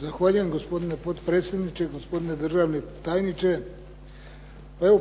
Zahvaljujem gospodine potpredsjedniče, gospodine državni tajniče. Evo